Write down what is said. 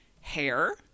hair